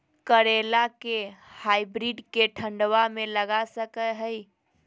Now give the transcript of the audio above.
करेला के हाइब्रिड के ठंडवा मे लगा सकय हैय?